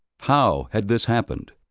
how had this happened?